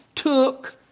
took